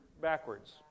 backwards